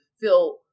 feel